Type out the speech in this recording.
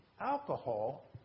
alcohol